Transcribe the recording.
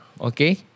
Okay